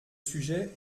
sujet